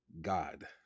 God